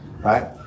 right